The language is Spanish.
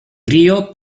río